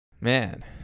Man